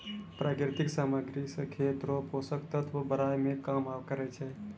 प्राकृतिक समाग्री से खेत रो पोसक तत्व बड़ाय मे काम करै छै